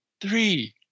three